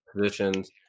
positions